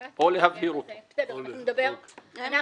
זה באמת נראה מספיק רציני שתתייחסו.